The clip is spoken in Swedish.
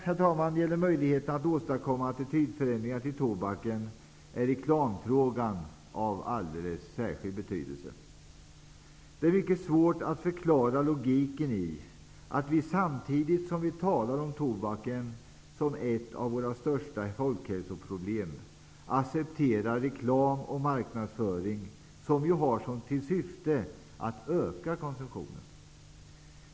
När det gäller möjligheterna att åstadkomma en attitydförändring till tobaken, är reklamfrågan av alldeles särskild betydelse. Det är mycket svårt att förklara logiken i att vi samtidigt som vi talar om tobaken som ett av våra största folkhälsoproblem accepterar reklam och marknadsföring som ju syftar till att öka konsumtionen.